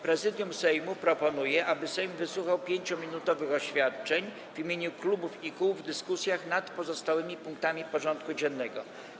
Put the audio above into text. Prezydium Sejmu proponuje, aby Sejm wysłuchał 5-minutowych oświadczeń w imieniu klubów i kół w dyskusjach nad pozostałymi punktami porządku dziennego.